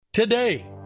Today